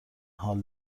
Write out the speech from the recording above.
حال